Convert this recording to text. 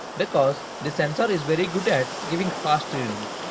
because, this sensor is very good at giving fast readings.